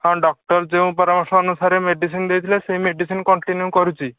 ହଁ ଡକ୍ଟର ଯେଉଁ ପରାମର୍ଶ ଅନୁସାରେ ମେଡ଼ିସିନ ଦେଇଥିଲେ ସେ ମେଡ଼ିସିନ କଣ୍ଟିନ୍ୟୁ କରୁଛି